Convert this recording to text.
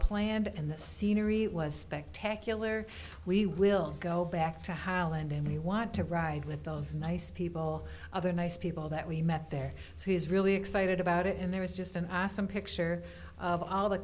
planned and the scenery was spectacular we will go back to holland and we want to ride with those nice people other nice people that we met there who is really excited about it and there is just an awesome picture of all the